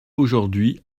aujourd’hui